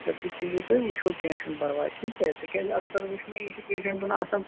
سۄ تہِ چیٚیِو تُہۍ وُچھِو کیٚنٛہہ چھُنہٕ پَرواے ٹھیٖک چھا تِکیٛازِ اکثر وُچھ مےٚ یہِ چھُ پیشٮ۪نٹن آسان